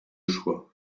choix